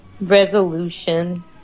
resolution